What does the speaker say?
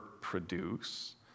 produce